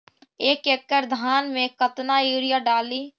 एक एकड़ धान मे कतना यूरिया डाली?